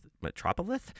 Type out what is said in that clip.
metropolis